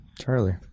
Charlie